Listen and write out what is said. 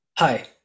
Hi